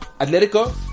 Atletico